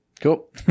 cool